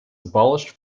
abolished